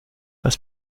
was